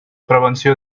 prevenció